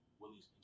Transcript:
Willie's